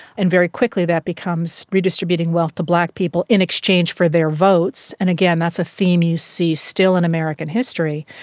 and very quickly that becomes redistributing wealth to black people in exchange for their votes, and again that's a theme you see still in american history,